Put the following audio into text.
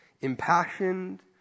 impassioned